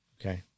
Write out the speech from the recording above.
Okay